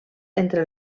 entre